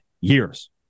years